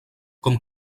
com